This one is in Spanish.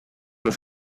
los